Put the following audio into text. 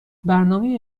برنامه